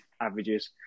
averages